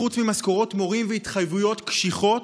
חוץ ממשכורות מורים והתחייבויות קשיחות,